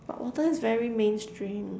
but water is very mainstream